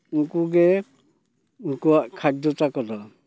ᱩᱱᱠᱩ ᱜᱮ ᱩᱱᱠᱩᱣᱟᱜ ᱠᱷᱟᱫᱽᱫᱚ ᱛᱟᱠᱚ ᱫᱚ